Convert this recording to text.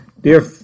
Dear